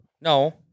No